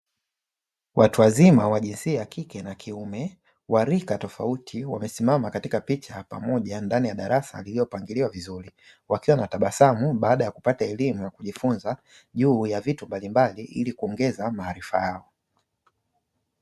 Watu wazima wa jinsi ya kike na kiume wa rika tofauti, wamesimama katika picha ya pamoja ndani ya darasa lililopangiliwa vizuri, wakiwa na tabasamu baada ya kupata elimu ya kujifunza juu ya vitu mbalimbali, ili kuongeza maarifa yao.